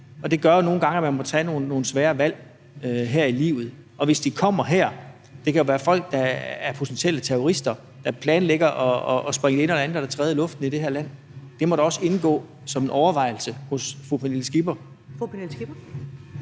Og det gør nogle gange, at man må tage nogle svære valg her i livet, og hvis de kommer hertil – det kan jo være folk, der er potentielle terrorister, og som planlægger at sprænge det ene eller det andet eller det tredje i luften i det her land – må det da også indgå som en overvejelse hos fru Pernille Skipper. Kl. 15:07